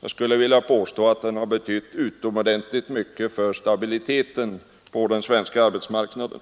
jag skulle vilja påstå att den har betytt utomordentligt mycket för stabiliteten på arbetsmarknaden.